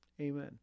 Amen